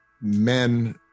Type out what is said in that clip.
men